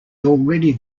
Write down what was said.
already